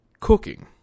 cooking